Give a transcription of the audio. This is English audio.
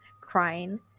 crying